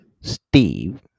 Steve